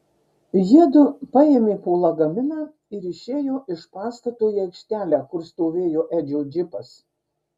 jiedu paėmė po lagaminą ir išėjo iš pastato į aikštelę kur stovėjo edžio džipas